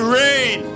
rain